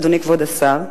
אדוני כבוד השר,